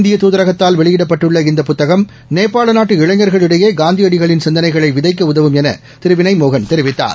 இந்திய தூதரகத்தால் வெளியிடப்பட்டுள்ள இந்த புத்தகம் நேபாள நாட்டு இளைஞர்களிடையே காந்தியடிகளின் சிந்தனைகளை விதைக்க உதவும் என திரு வினய்மோகன் தெரிவித்தார்